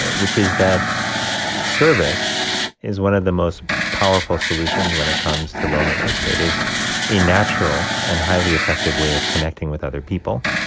which is that service is one of the most powerful solutions when it comes to loneliness. it is a natural and highly effective way of connecting with other people.